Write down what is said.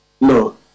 No